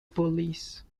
police